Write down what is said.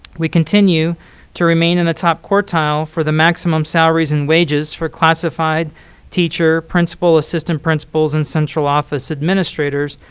we continue to remain in the top quartile for the maximum salaries and wages for classified teacher, principal, assistant principals, and central office administrators,